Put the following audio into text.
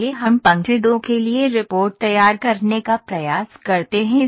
आइए हम पंक्ति 2 के लिए रिपोर्ट तैयार करने का प्रयास करते हैं